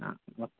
आ नमस्काराः